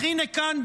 אך הינה כאן,